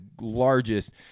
largest